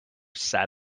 sat